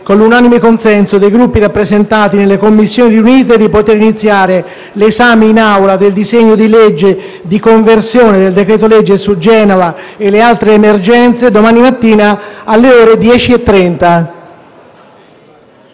con l'unanime consenso dei Gruppi rappresentati nelle Commissioni riunite, che si possa iniziare l'esame in Aula del disegno di legge di conversione del decreto-legge su Genova e le altre emergenze domani mattina alle ore 10,30.